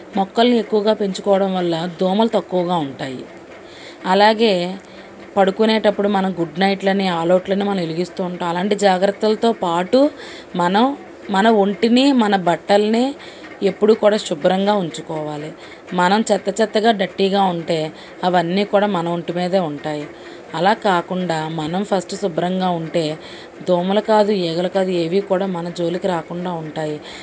మొక్కల్ని ఎక్కువగా పెంచుకోవడం వల్ల దోమలు తక్కువగా ఉంటాయి అలాగే పడుకునేటప్పుడు మనం గుడ్నైట్లని ఆల్ అవుట్లని మనం వెలిగిస్తూ ఉంటాము అలాంటి జాగ్రత్తలతో పాటు మనం మన ఒంటిని మన బట్టలని ఎప్పుడూ కూడా శుభ్రంగా ఉంచుకోవాలి మనం చెత్త చెత్తగా డర్టీగా ఉంటే అవన్నీ కూడా మన ఒంటి మీదే ఉంటాయి అలా కాకుండా మనం ఫస్ట్ శుభ్రంగా ఉంటే దోమలు కాదు ఈగలు కాదు ఏవీ కూడా మన జోలికి రాకుండా ఉంటాయి